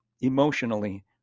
emotionally